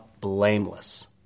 blameless